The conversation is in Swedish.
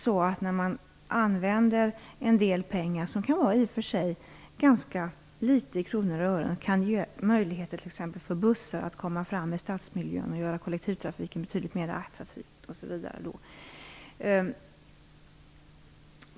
Ibland kan man använda ganska litet pengar i kronor och ören, men det kan ändå ge möjligheter för t.ex. bussar att komma fram i stadsmiljön och göra kollektivtrafiken betydligt mer attraktiv.